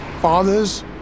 fathers